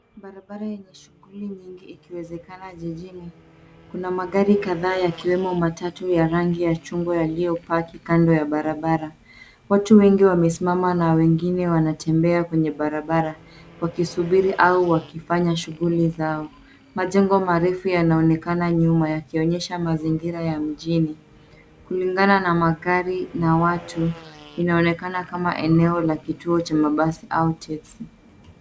Barabara ina shughuli nyingi ikiwezekana jijini. Kuna magari kadhaa yakiwemo matatu ya rangi ya chungwa yaliyopaki kando ya barabara. Watu wengi wamesimama na wengine wanatembea kwenye barabara wakisubiri au wakifanya shughuli zao. Majengo marefu yanaonekana nyuma yakionyesha mazingira ya mjini. Kulingana na magari na watu inaonekana kama eneo la kituo cha mabasi au teksi.